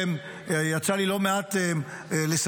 יצא לי לא מעט לסייר,